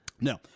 No